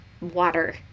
Water